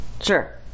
Sure